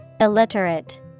Illiterate